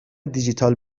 دیجیتال